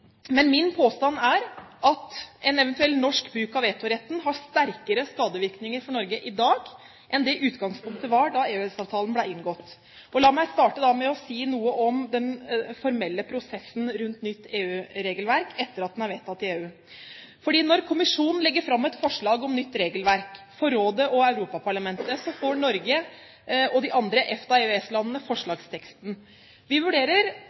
Men min påstand er at en eventuell norsk bruk av vetoretten har sterkere skadevirkninger for Norge i dag enn utgangspunktet var da EØS-avtalen ble inngått. La meg starte med å si noe om den formelle prosessen rundt nytt EU-regelverk etter at den er vedtatt i EU. Når kommisjonen legger fram et forslag om nytt regelverk for rådet og Europaparlamentet, får Norge og de andre EFTA/EØS-landene forslagsteksten. Vi vurderer